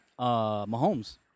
Mahomes